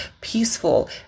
peaceful